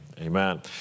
amen